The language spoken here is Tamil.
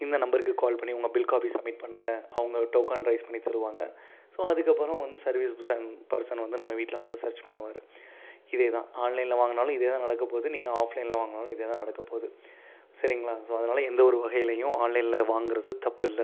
இந்த நம்பருக்கு கால் பண்ணி உங்கள் பில் காப்பி சப்மிட் பண்ணுங்க அவங்க டோக்கன் ரெய்ஸ் பண்ணி தருவாங்க ஸோ அதுக்கப்புறம் வந்து சர்வீஸ் பெர்சன் பெர்சன் வந்து நம்ம வீட்டில் வந்து சர்ச் பண்ணுவார் இதே தான் ஆன்லைனில் வாங்கினாலும் இதே தான் நடக்கப் போகுது நீங்கள் ஆஃப்லைனில் வாங்கினாலும் இதே தான் நடக்கப் போகுது சரிங்களா ஸோ அதனால எந்த ஒரு வகையிலியும் ஆன்லைனில் வாங்குவது தப்பில்லை